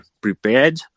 prepared